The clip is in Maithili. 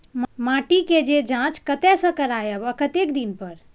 माटी के ज जॉंच कतय से करायब आ कतेक दिन पर?